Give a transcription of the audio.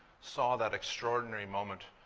saw that extraordinary moment